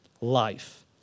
life